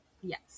yes